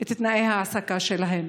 את תנאי ההעסקה שלהם.